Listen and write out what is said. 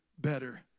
better